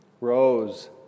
rose